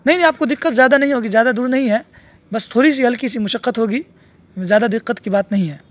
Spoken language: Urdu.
نہیں نہیں آپ کو دقت زیادہ نہیں ہوگی زیادہ دور نہیں ہے بس تھوڑی سی ہلکی سی مشقت ہوگی زیادہ دقت کی بات نہیں ہے